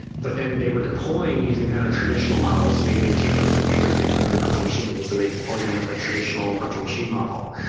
but then they were deploying using kind of traditional models. maybe they take those containers and they put them in virtual machines and they deploy them with a traditional virtual machine model.